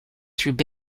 through